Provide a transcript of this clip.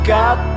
got